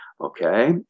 Okay